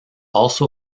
also